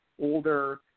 older